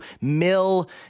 mill